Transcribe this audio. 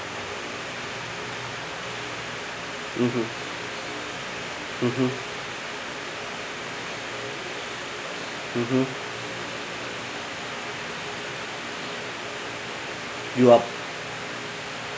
mmhmm mmhmm mmhmm you are